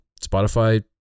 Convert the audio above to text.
Spotify